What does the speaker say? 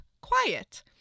quiet